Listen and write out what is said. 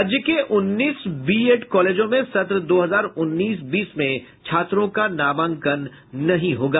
राज्य के उन्नीस बीएड कॉलेजों में सत्र दो हजार उन्नीस बीस में छात्रों का नामांकन नहीं होगा